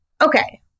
Okay